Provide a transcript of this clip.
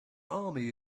army